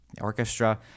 orchestra